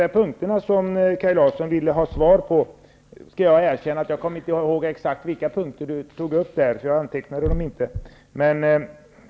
Kaj Larsson ville veta min uppfattning på några punkter, men jag skall ärligt erkänna att jag inte kommer ihåg exakt vilka punkter han tog upp, eftersom jag inte antecknade dem.